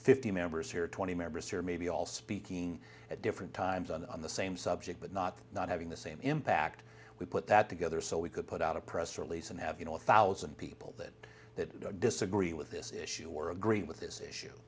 fifty members here twenty members here maybe all speaking at different times on the same subject but not not having the same impact we put that together so we could put out a press release and have you know a thousand people that disagree with this issue or agree with this issue